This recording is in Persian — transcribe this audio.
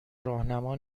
راهنما